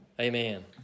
Amen